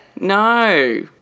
No